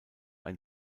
ein